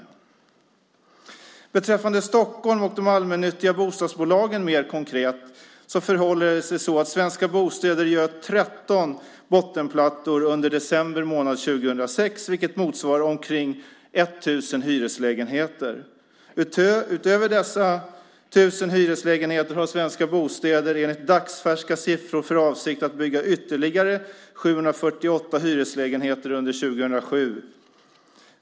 Vad beträffar Stockholm, och mer konkret de allmännyttiga bostadsbolagen, gjorde Svenska Bostäder 13 bottenplattor under december månad 2006, vilket motsvarar omkring 1 000 hyreslägenheter. Utöver dessa 1 000 hyreslägenheter har Svenska Bostäder enligt dagsfärska siffror för avsikt att bygga ytterligare 748 hyreslägenheter under 2007.